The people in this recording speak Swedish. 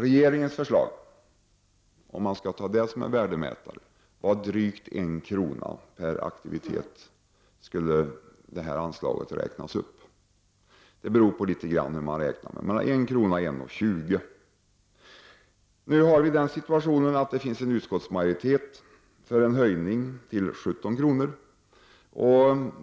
Regeringens förslag, om man skall ta detta som en värdemätare, var att anslaget skulle räknas upp med drygt 1 kr. per aktivitet. Det beror litet grand på hur man räknar, men det var fråga om 1 kr. eller 1:20 kr. Nu har vi den situationen att det finns en utskottsmajoritet för en höjning till 17 kr.